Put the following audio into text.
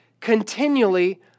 continually